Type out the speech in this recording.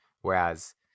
whereas